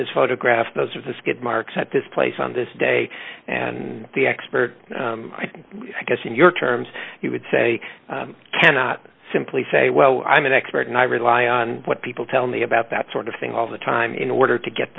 this photograph those are the skid marks at this place on this day and the expert i guess in your terms you would say cannot simply say well i'm an expert and i rely on what people tell me about that sort of thing all the time in order to get